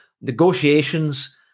negotiations